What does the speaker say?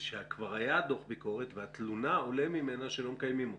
שכבר היה דוח ביקורת ומהתלונה עולה שלא מקיימים אותו.